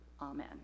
amen